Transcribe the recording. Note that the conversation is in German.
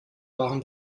waren